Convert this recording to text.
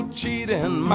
cheating